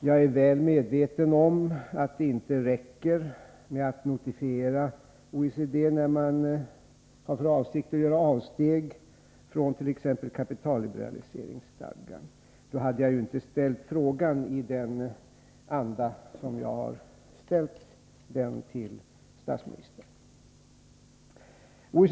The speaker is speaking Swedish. Jag är väl medveten om att det inte räcker med att notifiera OECD, när man har för avsikt att göra avsteg från t.ex. kapitalliberaliseringsstadgan. Annars Nr 68 hade jag ju inte utformat frågan till statsministern på det sätt som jag nu gjort — jag hade inte uttalat mig i den andan.